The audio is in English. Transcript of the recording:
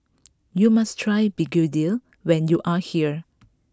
you must try Begedil when you are here